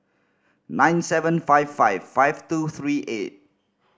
nine seven five five five two three eight